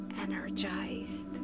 Energized